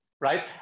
right